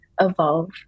evolve